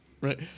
Right